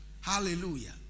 Hallelujah